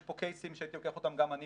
יש פה קייסים שהייתי לוקח אותם גם אני